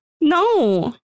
No